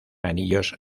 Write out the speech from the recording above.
anillos